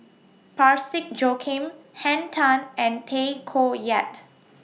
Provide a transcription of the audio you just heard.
Parsick Joaquim Henn Tan and Tay Koh Yat